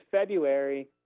February